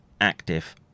active